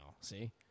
See